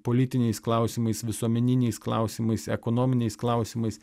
politiniais klausimais visuomeniniais klausimais ekonominiais klausimais